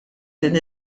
din